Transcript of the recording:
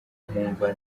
nkumva